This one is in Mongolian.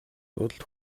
буудалд